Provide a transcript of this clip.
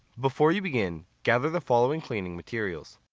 before you begin, gather the following cleaning materials